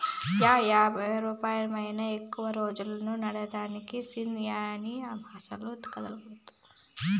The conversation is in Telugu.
యా యాపారమైనా ఎక్కువ రోజులు నడ్సేదానికి సీడ్ మనీ అస్సల కదల్సకూడదు